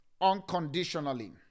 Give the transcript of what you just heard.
unconditionally